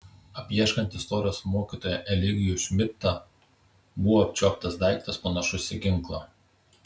apieškant istorijos mokytoją eligijų šmidtą buvo apčiuoptas daiktas panašus į ginklą